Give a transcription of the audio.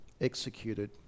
executed